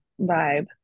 vibe